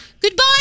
Goodbye